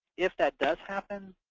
if that does happen,